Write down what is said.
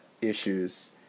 issues